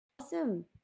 Awesome